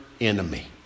enemy